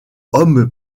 homme